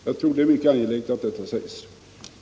Jag tror det är mycket angeläget att detta sägs.